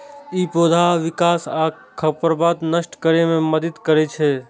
ई पौधाक विकास आ खरपतवार नष्ट करै मे मदति करै छै